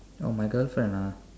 oh my girlfriend ah